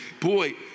boy